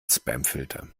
spamfilter